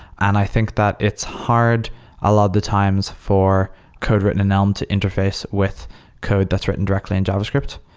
and i think that it's hard a lot of the times for code written in elm to interface with code that's written directly in javascript.